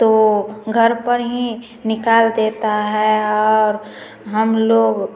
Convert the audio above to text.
तो घर पर ही निकाल देता है और हम लोग